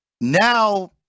Now